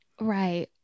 Right